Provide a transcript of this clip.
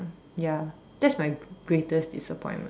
ya that's my greatest disappointment